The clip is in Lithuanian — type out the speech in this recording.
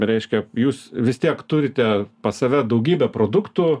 reiškia jūs vis tiek turite pas save daugybę produktų